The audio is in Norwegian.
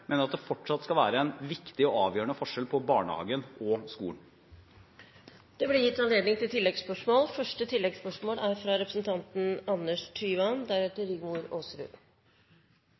Det skal fortsatt være en viktig og avgjørende forskjell på barnehagen og skolen. Det blir